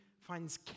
finds